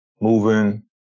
moving